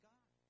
God